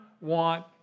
want